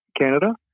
Canada